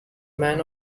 man